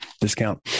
discount